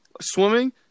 Swimming